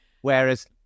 Whereas